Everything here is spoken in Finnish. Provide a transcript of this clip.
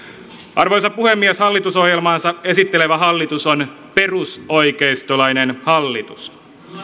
arvoisa puhemies hallitusohjelmaansa esittelevä hallitus on perusoikeistolainen hallitus